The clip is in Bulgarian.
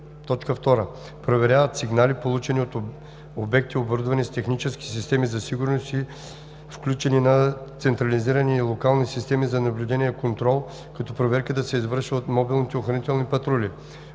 2. проверяват сигнали, получени от обекти, оборудвани с технически системи за сигурност и включени на централизирани и локални системи за наблюдение и контрол, като проверката се извършва от мобилни охранителни патрули.